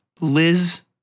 liz